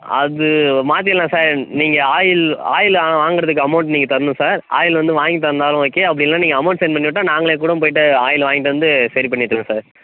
அது மாற்றிக்கலாம் சார் நீங்கள் ஆயில் ஆயிலை வாங்குறதுக்கு அமௌண்ட் நீங்கள் தரணும் சார் ஆயில் வந்து வாங்கித் தந்தாலும் ஓகே அப்படி இல்லைன்னா நீங்கள் அமௌண்ட் சென்ட் பண்ணிவிட்டா நாங்களே கூட போய்ட்டு ஆயில் வாங்கிட்டு வந்து சரி பண்ணி வச்சிடுவோம் சார்